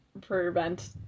prevent